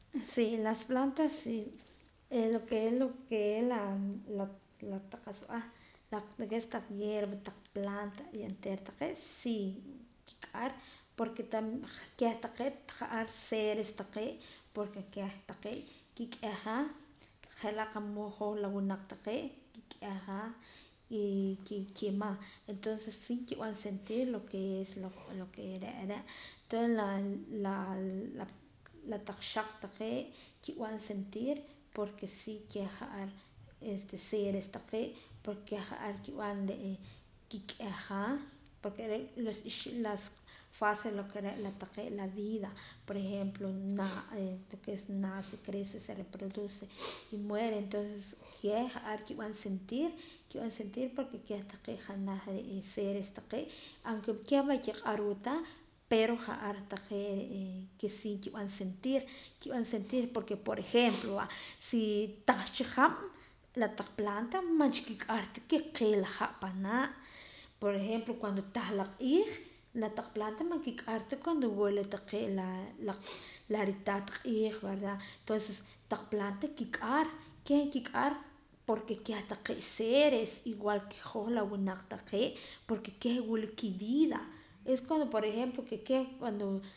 Si las plantas e lo es lo ke es la taq qa'sa b'eh lo ke es taq hierva taq planta y onteera taqee' sii nk'ar porke kieh taqee' ja'ar seres taqee' porke kieh taqee' kik'eja je' laa' qa'mood hoj la winaq taqee' kik'eja y kikima entonces si nkib'an sentir lo ke es lo ke re' re' tonce la la la taq xaq taqee' nkib'an sentir porke kieh ja'ar este seres taqee' porke kieh ja'ar nkib'an kik'eja porke re' los ixim las face la ke re' la taqee' la vida por ejemplo lo kes nace crece y se reproduce y muere entonce kieh ja'ar nkib'an sentir nkib'an sentir porke kieh taqee' je' janaj seres taqee' aunque kieh man kiq'arwa ta pero ja'ar taqee' ke si nkib'an sentir nkib'an sentir porke por ejemplo va si tah cha hab' la taq planta man cha nkik'ar ta ke nqee la ha' panaa' por ejemplo cuando tah la q'iij la taq planta man kik'ar ta cuando wula taqee' la ritaat q'iij verda entonces taq planta nkik'ar kieh nkik'ar porke kieh taqee' seres igual ke hoj la winaq taqee' porke kieh wula ki vida es cuando por ejemplo kieh cuando